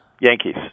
Yankees